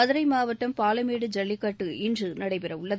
மதுரை மாவட்டம் பாலமேடு ஜல்லிக்கட்டு இன்று நடைபெற உள்ளது